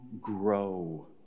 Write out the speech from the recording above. grow